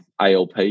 ALP